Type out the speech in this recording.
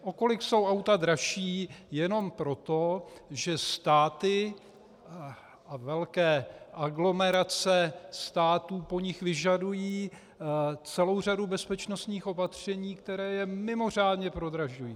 O kolik jsou auta dražší jenom proto, že státy a velké aglomerace států po nich vyžadují celou řadu bezpečnostních opatření, která je mimořádně prodražují.